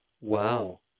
Wow